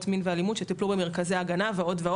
המין ואלימות שטופלו במרכזי הגנה ועוד.